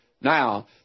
Now